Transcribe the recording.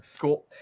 Cool